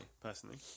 personally